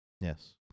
Yes